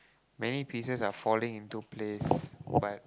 many pieces are falling into place but